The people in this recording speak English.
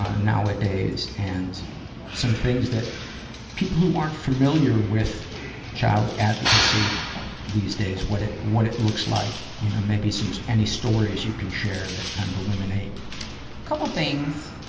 ah nowadays, and some things that people who aren't familiar with child advocacy these days, what it, what it looks like. you know maybe some, any stories you can share that kind of illuminate, tonya couple things.